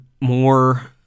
more